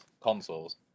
consoles